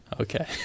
Okay